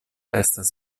estas